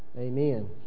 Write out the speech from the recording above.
Amen